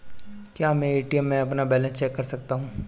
क्या मैं ए.टी.एम में अपना बैलेंस चेक कर सकता हूँ?